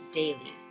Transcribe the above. daily